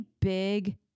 big